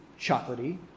chocolatey